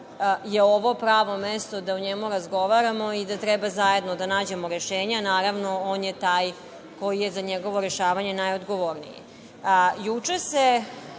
je ovo pravo mesto da o njemu razgovaramo i da treba zajedno da nađemo rešenje. Naravno, on je taj koji je za njegovo rešavanje najodgovorniji. Juče se